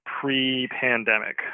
pre-pandemic